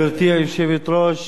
גברתי היושבת-ראש,